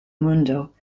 mundo